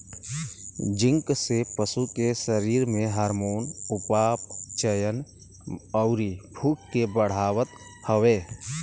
zinc से पशु के शरीर में हार्मोन, उपापचयन, अउरी भूख के बढ़ावत हवे